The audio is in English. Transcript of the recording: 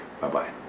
Bye-bye